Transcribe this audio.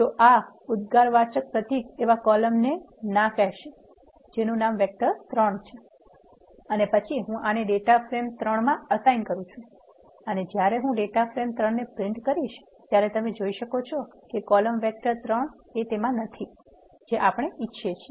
તો આ ઉદ્ગારવાચક પ્રતીક એવા કોલમને ના કહેશે જેનુ નામ વેક્ટર ૩ છે અને પછી હું આને ડેટા ફ્રેમ્૩ મા એસાઇન કરૂ છું અને જ્યારે હું ડેટા ફ્રેમ ૩ પ્રિન્ટ કરીશ તમે જોઇ શકો છો કે કોલમ વેક્ટર ૩ નથી જે આપણે ઇચ્છિએ છીએ